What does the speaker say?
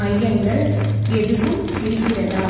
மையங்கள் எதுவும் இருக்கிறதா